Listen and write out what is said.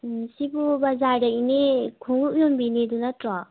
ꯎꯝ ꯁꯤꯕꯨ ꯕꯖꯥꯔꯗ ꯏꯅꯦ ꯈꯣꯡꯎꯞ ꯌꯣꯟꯕꯤ ꯏꯅꯦꯗꯨ ꯅꯠꯇ꯭ꯔꯣ